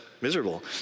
miserable